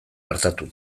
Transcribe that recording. artatu